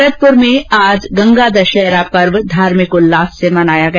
भरतपुर में आज गंगा दशहरा पर्व धार्मिक उल्लास से मनाया गया